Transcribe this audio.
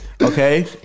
Okay